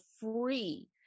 free